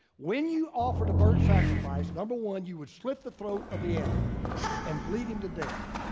when you offer the burnt sacrifice, number one, you would slit the throat of the animal and bleed him to death.